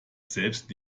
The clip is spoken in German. selbst